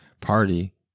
party